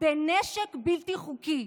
בנשק בלתי חוקי.